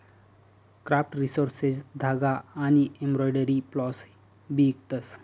craft resources धागा आनी embroidery floss भी इकतस